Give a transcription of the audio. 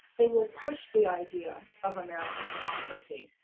they will push the idea of american democracy.